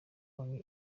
wanyu